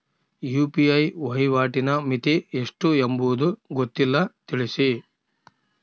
UPI ವಹಿವಾಟಿನ ಮಿತಿ ಎಷ್ಟು ಎಂಬುದು ಗೊತ್ತಿಲ್ಲ? ತಿಳಿಸಿ?